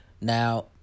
Now